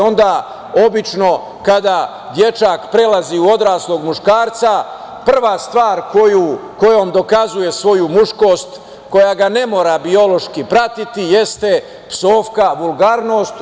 Onda obično kada dečak prelazi u odraslog muškarca, prva stvar kojom dokazuje svoju muškost koja ga ne mora biološki pratiti, jeste psovka, vulgarnost.